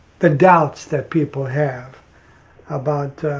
the doubts that people have about